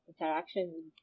interaction